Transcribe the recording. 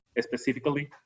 specifically